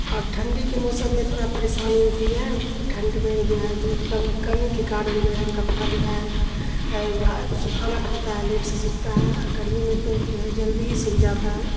اور ٹھنڈی کے موسم میں تھوڑا پریشانی ہوتی ہے ٹھنڈ میں جو ہے دھوپ کم کمی کے کارن جو ہے کپڑا جو ہے سکھانا پڑتا ہے لیٹ سے سوکھتا ہے اور گرمی میں تو جو ہے جلدی ہی سوکھ جاتا ہے